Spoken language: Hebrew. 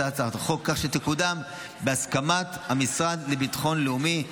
הצעת החוק כך שתקודם בהסכמת המשרד לביטחון לאומי,